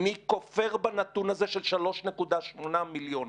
אני כופר בנתון הזה של 3.8 מיליונים,